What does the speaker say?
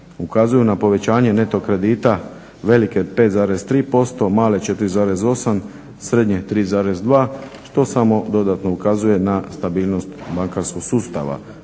ukazuju na povećanje neto kredita, velike 5,3%, male 4,8%, srednje 3,2% što samo dodatno ukazuje na stabilnost bankarskog sustava.